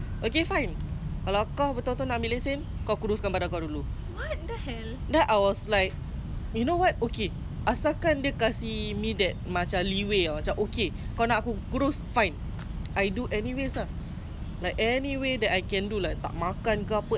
macam okay kau nak aku kurus fine I do anyways lah like any way that I can do like tak makan ke apa anything but last time I never eat for almost two months I was damn thin that's why I say when last time I err I was not fat